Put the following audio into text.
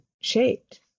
shaped